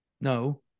No